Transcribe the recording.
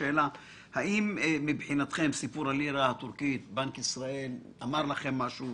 האם בסיפור הלירה הטורקית בנק ישראל אמר לכם משהו?